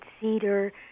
cedar